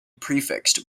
prefixed